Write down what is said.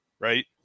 right